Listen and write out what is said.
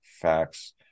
facts